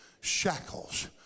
shackles